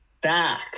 back